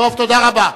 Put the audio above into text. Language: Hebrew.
תודה רבה.